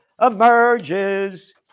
emerges